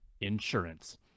insurance